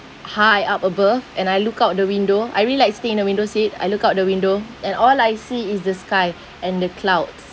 high up above and I look out the window I really like to stay in a window seat I look out the window and all I see is the sky and the clouds